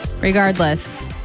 Regardless